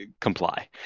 comply